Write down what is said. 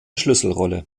schlüsselrolle